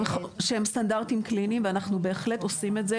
הם סטנדרטים קליניים, ואנחנו בהחלט עושים את זה.